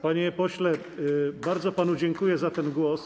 Panie pośle, bardzo panu dziękuję za ten głos.